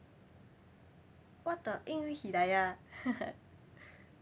what the 因为 hidayah